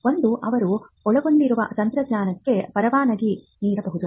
ಒಂದು ಅವರು ಒಳಗೊಂಡಿರುವ ತಂತ್ರಜ್ಞಾನಕ್ಕೆ ಪರವಾನಗಿ ನೀಡಬಹುದು